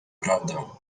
prawdę